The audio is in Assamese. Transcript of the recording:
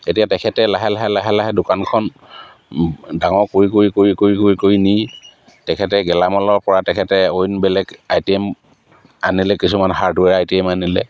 এতিয়া তেখেতে লাহে লাহে লাহে লাহে দোকানখন ডাঙৰ কৰি কৰি কৰি কৰি কৰি কৰি নি তেখেতে গেলামালৰপৰা তেখেতে অইন বেলেগ আইটেম আনিলে কিছুমান হাৰ্ডৱেৰ আইটেম আনিলে